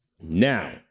Now